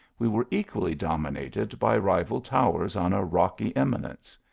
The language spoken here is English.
we were equally dominated by rival towers on a rocky eminence.